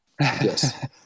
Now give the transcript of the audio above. Yes